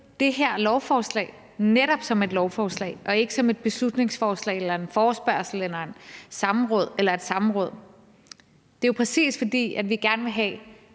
det her forslag netop som et lovforslag og ikke som et beslutningsforslag eller en forespørgsel eller i et samråd. Det er, præcis fordi vi gerne vil have